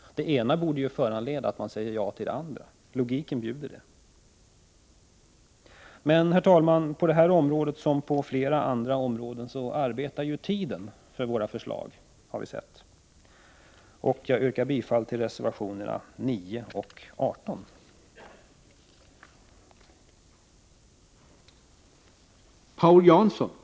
Det ena borde göra att man sade ja till det andra. Det bjuder logiken. Men, herr talman, på detta område liksom på flera andra arbetar tiden för våra förslag, har vi sett. Jag yrkar bifall till reservationerna 9 och 18.